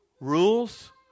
Rules